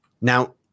Now